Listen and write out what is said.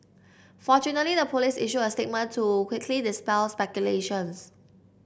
fortunately the police issued a statement to quickly dispel speculations